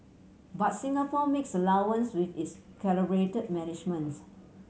but Singapore makes allowance with its calibrated management